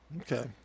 Okay